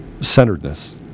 centeredness